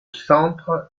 centre